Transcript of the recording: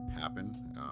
happen